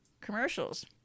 commercials